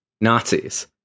Nazis